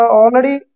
already